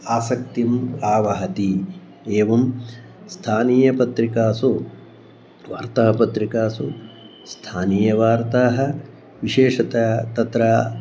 आसक्तिम् आवहति एवं स्थानीयपत्रिकासु वार्तापत्रिकासु स्थानीयवार्ताः विशेषतः तत्र